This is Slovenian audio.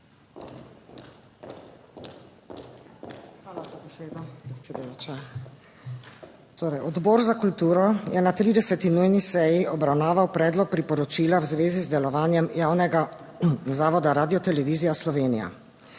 Torej, Odbor za kulturo je na 30. nujni seji obravnaval predlog priporočila v zvezi z delovanjem javnega zavoda Radiotelevizija Slovenija.